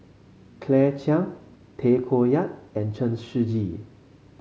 Claire Chiang Tay Koh Yat and Chen Shiji